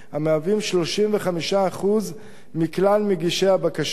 המהווים 35% מכלל מגישי הבקשות.